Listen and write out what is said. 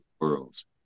worlds